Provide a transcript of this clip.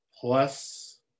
plus